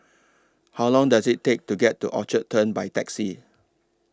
How Long Does IT Take to get to Orchard Turn By Taxi